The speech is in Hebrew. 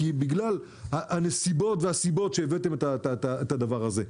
כי בגלל הנסיבות והסיבות שהבאתם את הדבר הזה,